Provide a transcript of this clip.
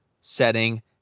setting